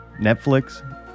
Netflix